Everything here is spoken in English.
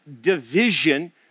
division